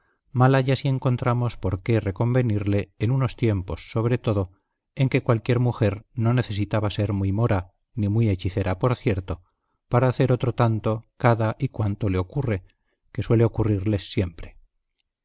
haya si encontramos por qué reconvenirle en unos tiempos sobre todo en que cualquier mujer no necesitaba ser muy mora ni muy hechicera por cierto para hacer otro tanto cada y cuando le ocurre que suele ocurrirles siempre